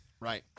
Right